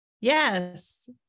Yes